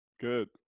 Good